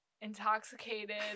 intoxicated